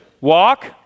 Walk